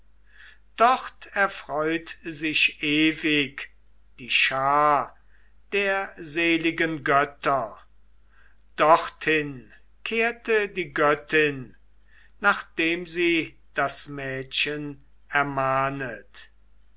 dort erfreut sich ewig die schar der seligen götter dorthin kehrte die göttin nachdem sie das mädchen ermahnet